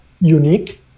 unique